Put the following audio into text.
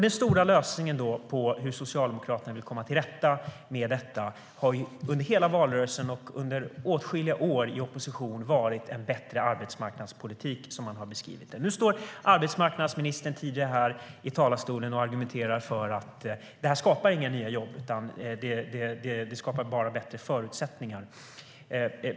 Den stora lösningen på hur Socialdemokraterna ska komma till rätta med detta har under hela valrörelsen, och under åtskilliga år i opposition, varit en bättre arbetsmarknadspolitik, som man har beskrivit det. Nu står arbetsmarknadsministern här i talarstolen och argumenterar för att det inte skapar några nya jobb, utan det skapar bara bättre förutsättningar.